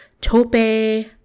Tope